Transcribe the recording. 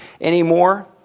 anymore